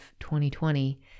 2020